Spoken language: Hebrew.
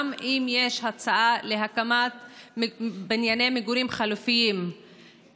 גם אם יש הצעה להקמת בנייני מגורים חלופיים,